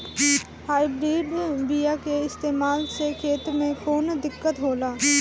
Hybrid बीया के इस्तेमाल से खेत में कौन दिकत होलाऽ?